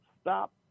stop